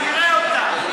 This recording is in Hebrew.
נראה אותם.